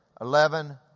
eleven